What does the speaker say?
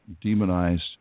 demonized